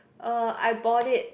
uh I bought it